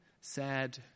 sad